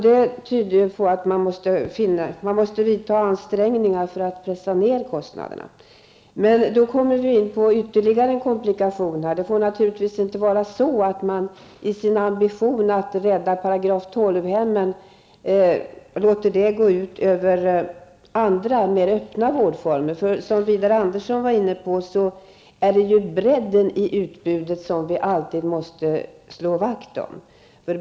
Det tyder ju på att det måste göras ansträngningar för att pressa ner kostnaderna. Då kommer vi in på ytterligare en komplikation. Det får naturligtvis inte vara så, att man låter sin ambition att rädda § 12-hemmen gå ut över andra, mer öppna vårdformer. Som Widar Andersson var inne på måste vi ju alltid slå vakt om bredden i utbudet.